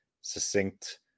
succinct